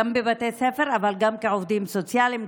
בבתי הספר אבל גם כעובדים סוציאליים,